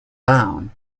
down